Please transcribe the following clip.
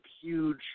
Huge